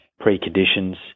preconditions